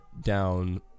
down